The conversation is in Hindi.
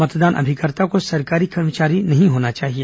मतदान अभिकर्ता को सरकारी कर्मचारी नहीं होना चाहिए